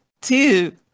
two